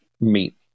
meet